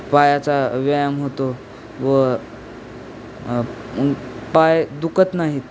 पायाचा व्यायाम होतो व मग पाय दुखत नाहीत